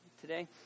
today